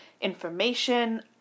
information